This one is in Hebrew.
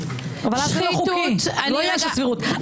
אבל אז זה לא חוקי, לא עניין של סבירות.